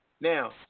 Now